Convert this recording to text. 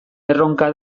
erronka